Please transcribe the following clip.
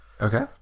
Okay